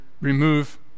remove